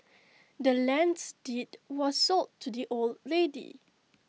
the land's deed was sold to the old lady